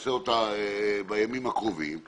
תעשה אותה בימים הקרובים,